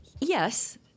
Yes